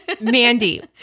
Mandy